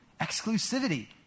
Exclusivity